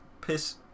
piss